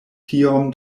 tiom